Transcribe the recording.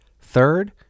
Third